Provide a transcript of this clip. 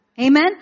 Amen